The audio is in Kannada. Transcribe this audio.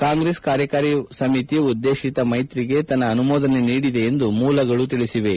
ಕಾಂಗ್ರೆಸ್ ಕಾರ್ಯಕಾರಿ ಸಮಿತಿ ಉದ್ದೇಶಿತ ಮೈತಿಗೆ ತನ್ನ ಅನುಮೋದನೆ ನೀಡಿದೆ ಎಂದು ಮೂಲಗಳು ತಿಳಿಸಿವೆ